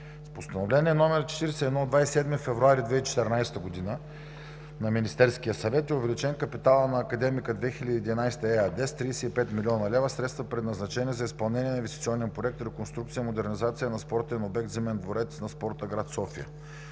Постановление № 41 от 27 февруари 2014 г. на Министерския съвет е увеличен капиталът на „Академика 2011“ ЕАД с 35 млн. лв. – средства, предназначени за изпълнение на инвестиционен проект „Реконструкция и модернизация на спортен обект „Зимен дворец на спорта“ в гр. София“.